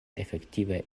efektive